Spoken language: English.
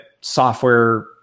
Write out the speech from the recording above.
software